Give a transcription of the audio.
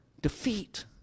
Defeat